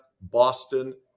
Boston